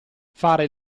fare